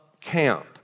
camp